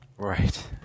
Right